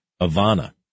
Ivana